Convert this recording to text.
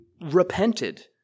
repented